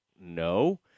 no